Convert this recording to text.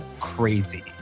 crazy